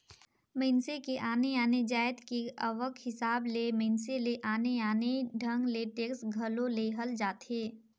मइनसे के आने आने जाएत के आवक हिसाब ले मइनसे ले आने आने ढंग ले टेक्स घलो लेहल जाथे